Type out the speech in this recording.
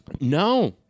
No